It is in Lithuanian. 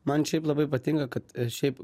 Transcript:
man šiaip labai patinka kad šiaip